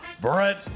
Brett